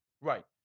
Right